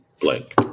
blank